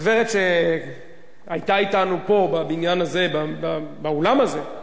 גברת שהיתה אתנו פה, בבניין הזה, באולם הזה,